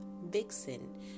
Vixen